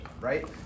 right